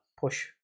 push